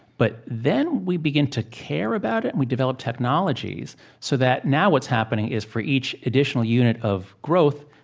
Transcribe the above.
but then we begin to care about it, and we develop technologies so that now what's happening is for each additional unit of growth,